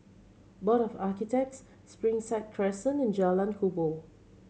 Board of Architects Springside Crescent and Jalan Kubor